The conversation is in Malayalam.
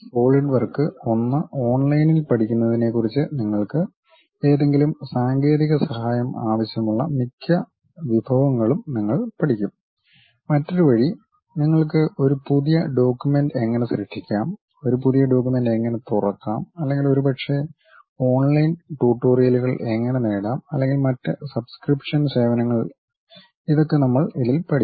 സോളിഡ് വർക്ക് ഒന്ന് ഓൺലൈനിൽ പഠിക്കുന്നതിനെക്കുറിച്ച് നിങ്ങൾക്ക് ഏതെങ്കിലും സാങ്കേതിക സഹായം ആവശ്യമുള്ള മിക്ക വിഭവങ്ങളും നിങ്ങൾ പഠിക്കും മറ്റൊരു വഴി നിങ്ങൾക്ക് ഒരു പുതിയ ഡോക്യുമെൻ്റ് എങ്ങനെ സൃഷ്ടിക്കാം ഒരു പുതിയ ഡോക്യുമെൻ്റ് എങ്ങനെ തുറക്കാം അല്ലെങ്കിൽ ഒരുപക്ഷേ ഓൺലൈൻ ട്യൂട്ടോറിയലുകൾ എങ്ങനെ നേടാം അല്ലെങ്കിൽ മറ്റ് സബ്സ്ക്രിപ്ഷൻ സേവനങ്ങൾ ഇതൊക്കെ നമ്മൾ ഇതിൽ പഠിക്കും